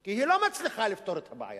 כי היא לא מצליחה לפתור את הבעיה.